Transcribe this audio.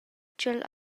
ch’el